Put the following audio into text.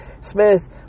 Smith